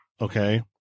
Okay